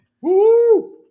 Woo